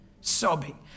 sobbing